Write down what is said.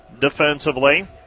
defensively